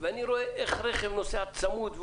ואני רואה איך רכב נוסע צמוד,